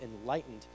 enlightened